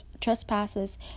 trespasses